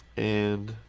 and,